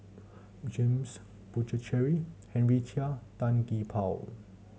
James Puthucheary Henry Chia Tan Gee Paw